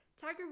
Tiger